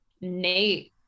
Nate